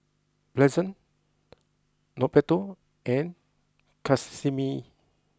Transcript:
pleasant Norberto and Casimir